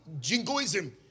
jingoism